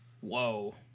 Whoa